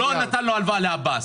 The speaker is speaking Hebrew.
לא נתנו הלוואה לעבאס.